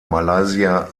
malaysia